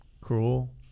cruel